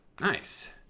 Nice